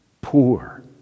poor